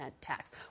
tax